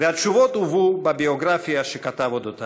והתשובות הובאו בביוגרפיה שכתב על אודותיו.